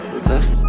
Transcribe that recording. Reverse